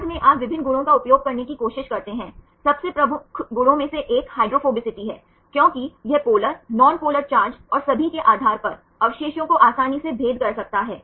बाद में आप विभिन्न गुणों का उपयोग करने की कोशिश करते हैं सबसे प्रमुख गुणों में से एक हाइड्रोफोबिसिटी है क्योंकि यह पोलर नॉनपोलर चार्ज और सभी के आधार पर अवशेषों को आसानी से भेद कर सकता है